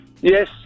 Yes